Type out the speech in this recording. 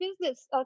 business